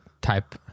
type